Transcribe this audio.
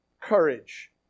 courage